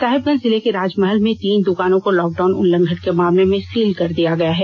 साहेबगंज जिले के राजमहल में तीन दुकानों को लॉकडाउन उल्लंघन के मामले में सील कर दिया गया है